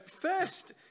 First